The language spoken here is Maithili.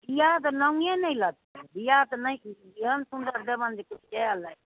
बिआ कऽ नौवै नहि लगतै बिआ तऽ ने एहन सुन्दर देबनि जे किछु कहेला नहि